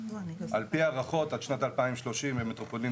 על פי הערכות עד שנת 2030 מטרופולין